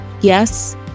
Yes